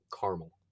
caramel